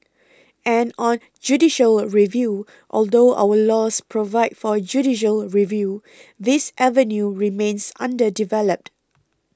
and on judicial review although our laws provide for judicial review this avenue remains underdeveloped